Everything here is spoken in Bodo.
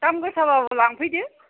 दाम गोसाबाबो लांफैदो